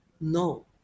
No